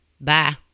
Bye